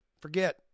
Forget